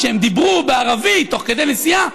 שהם דיברו בערבית תוך כדי נסיעה,